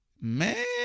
Man